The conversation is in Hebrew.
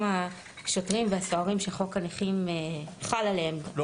גם השוטרים והסוהרים שחוק הנכים חל עליהם -- לא